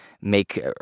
make